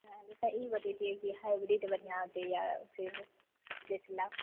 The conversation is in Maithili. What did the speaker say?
जइसे ई बतैतियै कि हाइब्रिड बढ़िऑं होइ छै या फिर देशला